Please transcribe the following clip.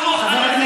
או לא?